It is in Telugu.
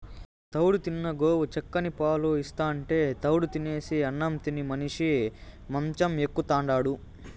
తౌడు తిన్న గోవు చిక్కని పాలు ఇస్తాంటే తౌడు తీసిన అన్నం తిని మనిషి మంచం ఎక్కుతాండాడు